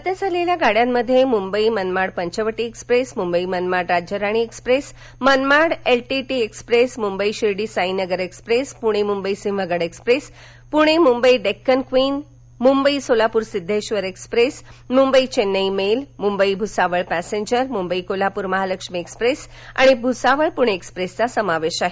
रद्द झालेल्या गाड्यांमध्ये Mumbai Manmad Panchavati express Mumbai Manmad Rajyarani express Manmad LTT express Mumbai Shirdi Sainagar express Pune Mumbai Sinhagad express Pune Mumbai Deccan queen Mumbai Solapur Siddheshwar express Mumbai Chennai mail Mumbai Bhusawal passenger Mumbai Kolhapur Mahalaxmi express आणि भूसावळ पुणे एक्सप्रेसचा समावेश आहे